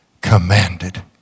commanded